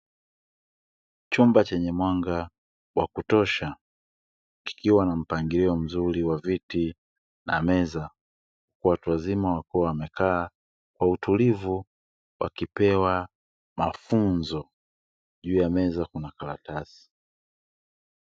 Chumba chenye mwanga wa kutosha kikiwa na mpangilio mzuri wa viti na meza, watu wazima wakiwa wamekaa kwa utulivu wakipewa mafunzo, juu ya meza kuna karatasi.